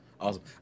awesome